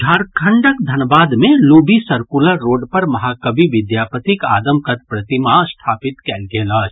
झारखंडक धनबाद मे Luby Circular Road पर महाकवि विद्यापतिक आदमकद प्रतिमा स्थापित कयल गेल अछि